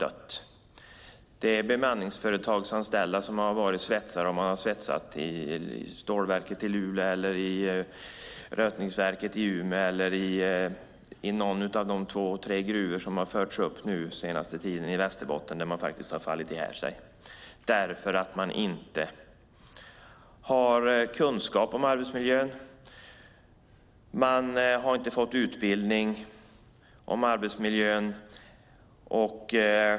Det har varit bemanningsföretagsanställda svetsare som har svetsat i stålverket i Luleå, i rötningsverket i Umeå eller i någon av de två tre gruvor i Västerbotten som har omtalats den senaste tiden som har avlidit för att de inte har kunskap om arbetsmiljön och inte fått utbildning om arbetsmiljön.